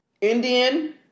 Indian